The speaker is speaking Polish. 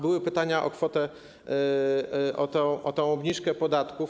Były pytania o kwotę, o tę obniżkę podatków.